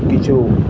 কিছু